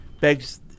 begs